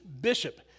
bishop